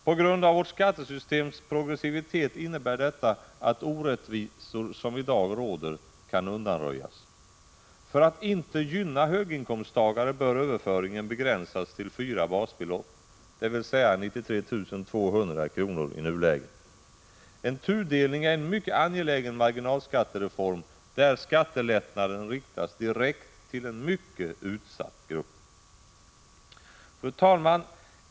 På grund av vårt skattesystems progressivitet innebär detta att orättvisor som i dag råder kan undanröjas. För att inte gynna höginkomsttagare bör överföringen begränsas till fyra basbelopp, dvs. i nuläget 93 200 kr. En tudelning är en mycket angelägen marginalskattereform där skattelättnaden riktas direkt till en mycket utsatt grupp.